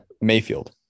Mayfield